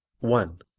one.